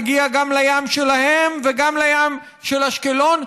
מגיע גם לים שלהם וגם לים של אשקלון,